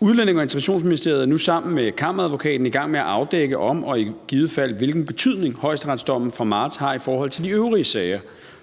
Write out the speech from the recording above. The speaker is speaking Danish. Udlændinge- og Integrationsministeriet er nu sammen med Kammeradvokaten i gang med at afdække, om og i givet fald hvilken betydning højesteretsdommen fra marts har i forhold til de øvrige sager,